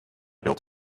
built